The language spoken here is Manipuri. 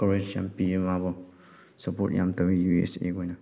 ꯀꯔꯦꯖ ꯌꯥꯝ ꯄꯤꯌꯦ ꯃꯥꯕꯨ ꯁꯄꯣꯔꯠ ꯌꯥꯝ ꯇꯧꯋꯤ ꯌꯨ ꯑꯦꯁ ꯑꯦꯈꯣꯏꯅ